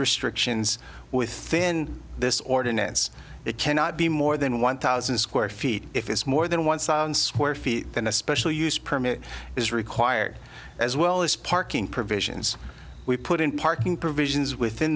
restrict within this ordinance it cannot be more than one thousand square feet if it's more than one sound square feet than a special use permit is required as well as parking provisions we put in parking provisions within